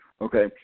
okay